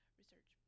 research